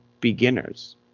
beginners